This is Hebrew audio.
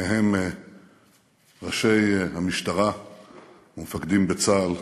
ובהם ראשי המשטרה ומפקדים בצה"ל,